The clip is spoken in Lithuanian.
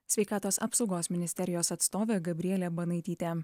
sveikatos apsaugos ministerijos atstovė gabrielė banaitytė